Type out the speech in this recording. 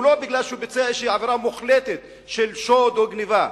ולא בגלל שהוא ביצע עבירה מוחלטת של שוד או גנבה,